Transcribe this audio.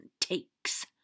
takes